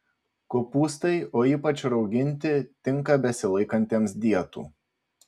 kopūstai o ypač rauginti tinka besilaikantiems dietų